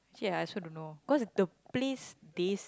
actually I also don't know cause the place this